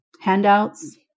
handouts